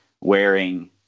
wearing